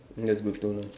that's good to know